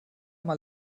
mal